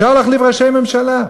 אפשר להחליף ראשי ממשלה,